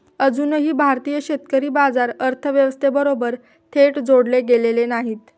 अजूनही भारतीय शेतकरी बाजार व्यवस्थेबरोबर थेट जोडले गेलेले नाहीत